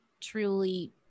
truly